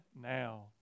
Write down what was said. now